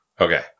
Okay